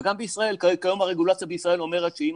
וגם בישראל כיום הרגולציה בישראל אומרת שאם